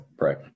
right